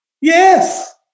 yes